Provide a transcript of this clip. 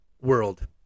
world